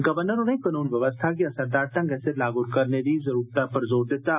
governor होरें कनून व्यवस्था गी असरदार ढ़गै सिर लागू करने दी जरूरतै पर जोर दित्ता